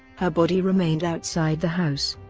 her body remained outside the house.